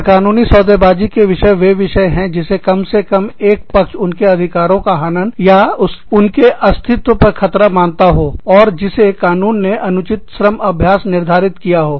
गैर कानूनी सौदेबाजी के विषय वैसे विषय हैं जिसे कम से कम एक पक्ष उनके अधिकारों का हनन या उनके अस्तित्व पर खतरा मानता हो और जिसे कानून ने अनुचित श्रम अभ्यास निर्धारित किया हो